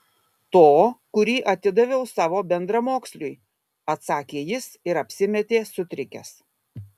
to kurį atidaviau tavo bendramoksliui atsakė jis ir apsimetė sutrikęs